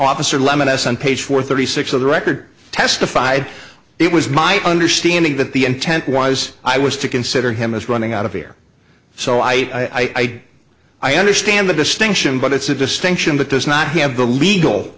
officer lemon s on page four thirty six of the record testified it was my understanding that the intent was i was to consider him as running out of here so i i understand the distinction but it's a distinction that does not have the legal